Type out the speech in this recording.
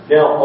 Now